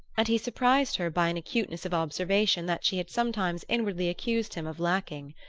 and he surprised her by an acuteness of observation that she had sometimes inwardly accused him of lacking.